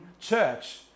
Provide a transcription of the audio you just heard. church